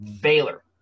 Baylor